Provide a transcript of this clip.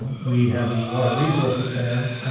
we have the water resources center,